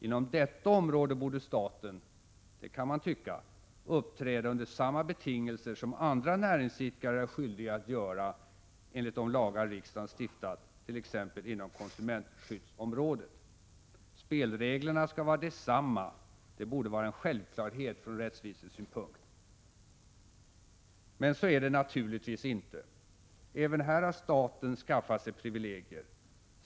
Inom detta område borde staten — det kan man tycka — uppträda under samma betingelser som andra näringsidkare är skyldiga att göra enligt de lagar riksdagen stiftat t.ex. inom konsumentskyddsområdet. Spelreglerna skall vara desamma — det borde vara en självklarhet från rättvisesynpunkt. Men så är det naturligtvis icke. Även här har staten skaffat sig privilegier.